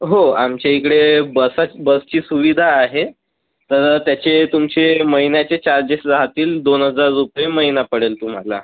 हो आमच्या इकडे बसा बसची सुविधा आहे तर त्याचे तुमचे महिन्याचे चार्जेस राहतील दोन हजार रुपये महिना पडेल तुम्हाला